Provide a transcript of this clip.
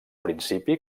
principi